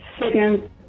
Second